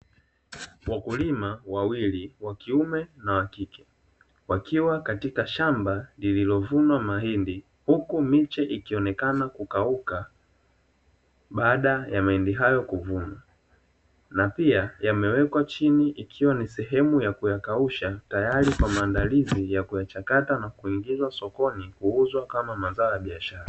Wakulima wawili (wa kiume na wa kike) wakiwa katika shamba lililovunwa mahindi, huku miche ikionekana kukauka baada ya mahindi hayo kuvunwa. Na pia yamewekwa chini ikiwa ni sehemu ya kuyakausha tayari kwa maandalizi ya kuyachakata na kuingiza sokoni kuuzwa kama mazao ya biashara.